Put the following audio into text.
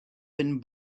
been